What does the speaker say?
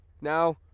Now